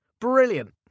Brilliant